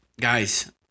Guys